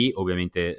ovviamente